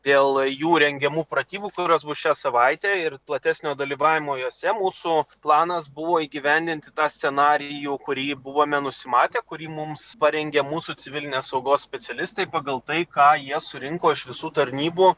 dėl jų rengiamų pratybų kurios bus šią savaitę ir platesnio dalyvavimo jose mūsų planas buvo įgyvendinti tą scenarijų kurį buvome nusimatę kurį mums parengė mūsų civilinės saugos specialistai pagal tai ką jie surinko iš visų tarnybų